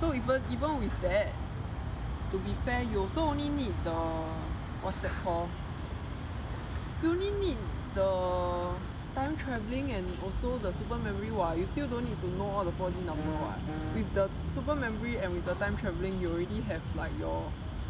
so even even with that to be fair you also only need the err what's that called you only need the time travelling thing and also the super memory [what] you still don't need to know all the four D number [what] with the super memory and with the time travelling you already have like your